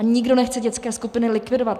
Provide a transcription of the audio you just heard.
A nikdo nechce dětské skupiny likvidovat.